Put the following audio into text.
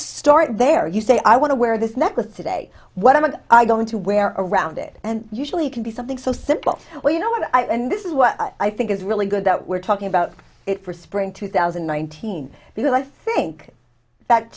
start there you say i want to wear this neck with today what am i going to wear around it and usually can be something so simple well you know what i and this is what i think is really good that we're talking about it for spring two thousand and nineteen because i think that